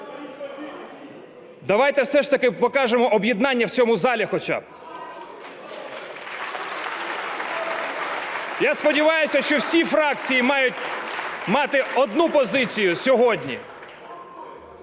Давайте все ж таки покажемо об'єднання в цьому залі хоча б. (Оплески) Я сподіваюся, що всі фракції мають мати одну позицію сьогодні.